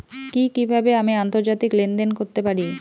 কি কিভাবে আমি আন্তর্জাতিক লেনদেন করতে পারি?